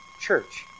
church